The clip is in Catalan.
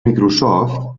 microsoft